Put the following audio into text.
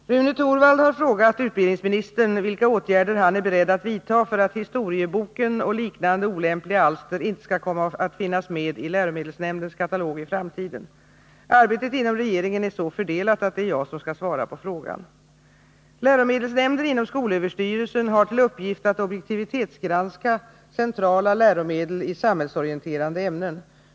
Herr talman! Rune Torwald har frågat utbildningsministern vilka åtgärder han är beredd att vidta för att ”Historieboken” och liknande olämpliga alster inte skall komma att finnas med i läromedelsnämndens katalog i framtiden. Arbetet inom regeringen är så fördelat att det är jag som skall svara på frågan. Läromedelsnämnden inom skolöverstyrelsen har till uppgift att objektivitetsgranska centrala läromedel i samhällsorienterande ämnen.